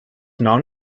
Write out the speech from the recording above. non